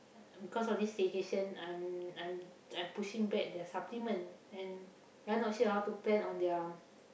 because of this staycation I'm I'm I'm pushing back their supplement and not say I want to plan on their